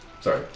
Sorry